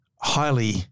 highly